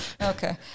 Okay